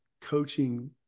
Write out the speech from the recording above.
coaching